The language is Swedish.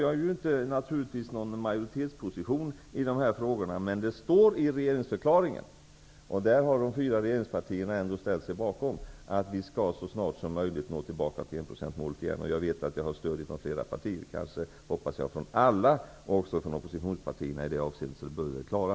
Jag har naturligtvis inte någon majoritetsposition i dessa frågor, men det står i regeringsförklaringen, som ändå de fyra regeringspartierna har ställt sig bakom, att vi så snart som möjligt skall nå tillbaka till enprocentsmålet igen. Jag vet att jag har stöd från flera partier -- jag hoppas från alla, inkl. oppositionspartierna -- i det avseendet, så det bör vi väl klara.